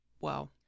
Wow